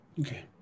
Okay